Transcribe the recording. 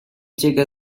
ticket